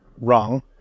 wrong